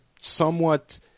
somewhat